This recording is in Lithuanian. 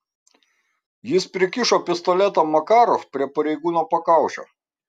jis prikišo pistoletą makarov prie pareigūno pakaušio